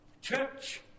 Church